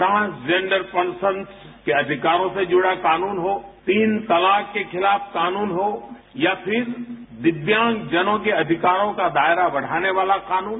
transgender person के अधिकारों से जुड़ा कानून हो तीन तलाक के खिलाफ कानून हो या फिर दिव्यांगजनों के अधिकारों का दायरा बढ़ाने वाला कानून